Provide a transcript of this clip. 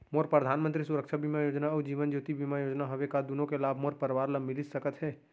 मोर परधानमंतरी सुरक्षा बीमा योजना अऊ जीवन ज्योति बीमा योजना हवे, का दूनो के लाभ मोर परवार ल मिलिस सकत हे?